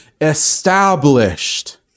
established